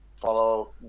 follow